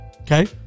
Okay